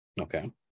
okay